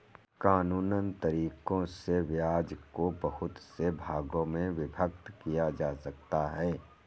कानूनन तरीकों से ब्याज को बहुत से भागों में विभक्त किया जा सकता है